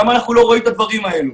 למה אנחנו לא רואים את הדברים הללו.